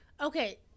Okay